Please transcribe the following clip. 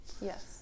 Yes